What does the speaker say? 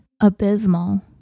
abysmal